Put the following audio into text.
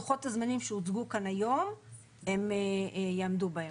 לוחות הזמנים שהוצגו כאן היום הם יעמדו בהם,